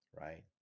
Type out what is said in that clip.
right